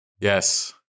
Yes